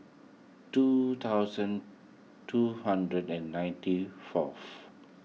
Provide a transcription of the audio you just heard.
two thousand two hundred and ninety fourth